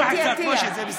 נא לצאת החוצה, בבקשה.